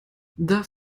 das